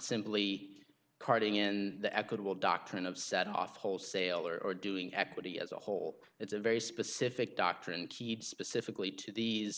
simply carving in the equitable doctrine of set off wholesale or or doing equity as a whole it's a very specific doctrine keyed specifically to the